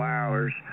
hours